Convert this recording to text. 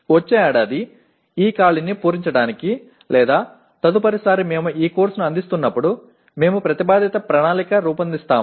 వచ్చే ఏడాది ఈ ఖాళీని పూరించడానికి తదుపరిసారి మేము ఈ కోర్సును అందిస్తున్నప్పుడు మేము ప్రతిపాదిత ప్రణాళిక రూపొందిస్తాం